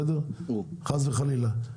חס וחלילה,